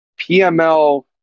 PML